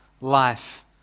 life